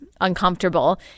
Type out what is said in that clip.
uncomfortable